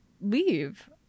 leave